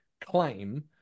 claim